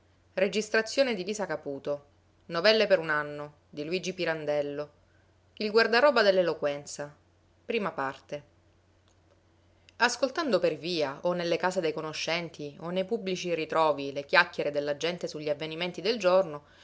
la portarono al camposanto e la seppellirono traendo un gran sospiro di sollievo ascoltando per via o nelle case dei conoscenti o nei pubblici ritrovi le chiacchiere della gente sugli avvenimenti del giorno